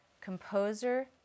composer